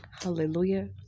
Hallelujah